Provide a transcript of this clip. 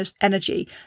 energy